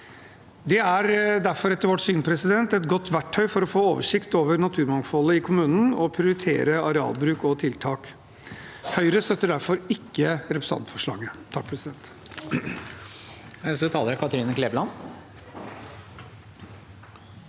derfor, etter vårt syn, et godt verktøy for å få oversikt over naturmangfoldet i kommunen og prioritere arealbruk og tiltak. Høyre støtter derfor ikke representantforslaget.